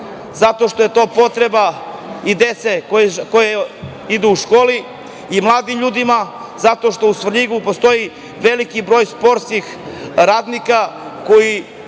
hala? To je potreba i dece koja idu u školu i mladih ljudi, zato što u Svrljigu postoji veliki broj sportskih radnika koji